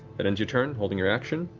that ends your turn, holding your action.